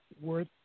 Worth